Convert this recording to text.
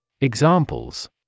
Examples